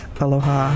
Aloha